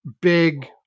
big